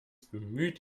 bemüht